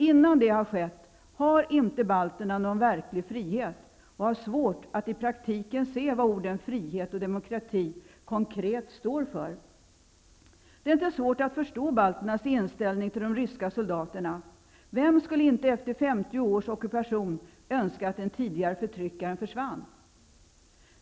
Innan det har skett har inte balterna någon verklig frihet och har svårt att i praktiken se vad orden frihet och demokrati konkret står för. Det är inte svårt att förstå balternas inställning till de ryska soldaterna. Vem skulle inte efter femtio års ockupation önska att den tidigare förtryckaren försvann?